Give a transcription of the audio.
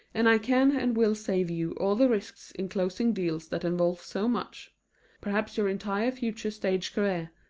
and i can and will save you all the risk in closing deals that involve so much perhaps your entire future stage career.